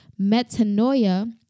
metanoia